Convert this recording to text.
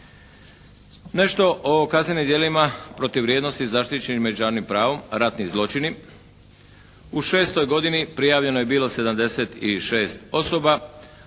Nešto o kaznenim djelima protiv vrijednosti zaštićenih međunarodnim pravom, ratni zločini. U 6. godini prijavljeno je bilo 76 osoba.